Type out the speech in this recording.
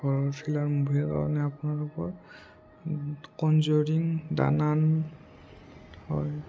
হ'ৰৰ thriller মুভিৰ কাৰণে আপোনালোকৰ কঞ্জৰিং দা নান হয়